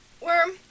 Worm